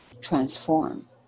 transform